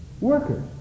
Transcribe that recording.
workers